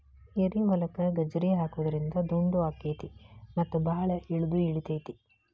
ಏರಿಹೊಲಕ್ಕ ಗಜ್ರಿ ಹಾಕುದ್ರಿಂದ ದುಂಡು ಅಕೈತಿ ಮತ್ತ ಬಾಳ ಇಳದು ಇಳಿತೈತಿ